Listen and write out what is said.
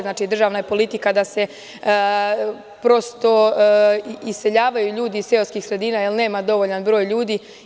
Znači državna je politika da se iseljavaju ljudi iz seoskih sredina, jer nema dovoljan broj ljudi.